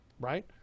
right